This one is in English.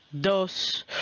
dos